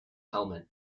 helmet